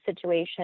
situation